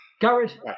Garrett